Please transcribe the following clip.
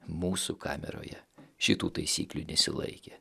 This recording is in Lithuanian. mūsų kameroje šitų taisyklių nesilaikė